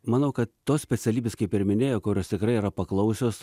manau kad tos specialybės kaip ir minėjau kurios tikrai yra paklausios